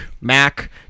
Mac